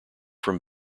from